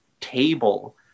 table